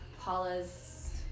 paula's